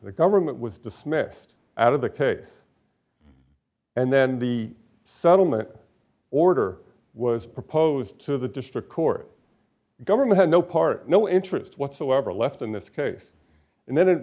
the government was dismissed out of the case and then the settlement order was proposed to the district court government had no part no interest whatsoever left in this case and then